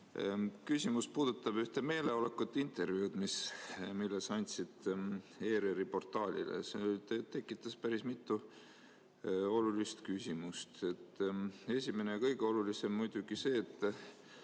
Küsimus puudutab ühte meeleolukat intervjuud, mille sa andsid ERR‑i portaalile. See tekitas päris mitu olulist küsimust. Esimene ja kõige olulisem on muidugi see, et